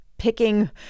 picking